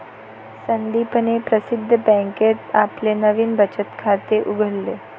संदीपने प्रसिद्ध बँकेत आपले नवीन बचत खाते उघडले